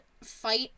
fight